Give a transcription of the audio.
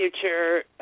future